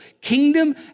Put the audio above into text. kingdom